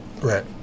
right